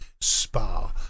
SPA